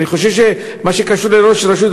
במה שקשור לראש הרשות,